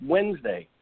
Wednesday